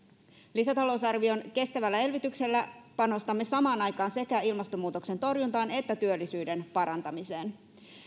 lisätalousarvion kestävällä elvytyksellä panostamme samaan aikaan sekä ilmastonmuutoksen torjuntaan että työllisyyden parantamiseen